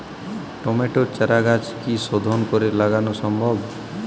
টমেটোর চারাগাছ কি শোধন করে লাগানো সম্ভব?